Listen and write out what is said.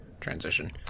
transition